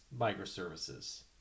Microservices